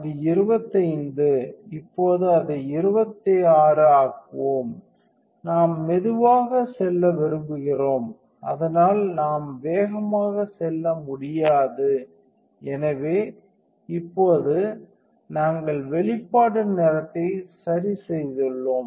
அது 25 இப்போது அதை 26 ஆக்குவோம் நாம் மெதுவாக செல்ல விரும்புகிறோம் அதனால் நாம் வேகமாக செல்ல முடியாது எனவே இப்போது நாங்கள் வெளிப்பாடு நேரத்தை சரிசெய்துள்ளோம்